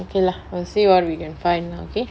okay lah I'll see what we can find lah okay